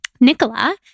Nicola